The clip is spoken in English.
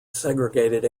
segregated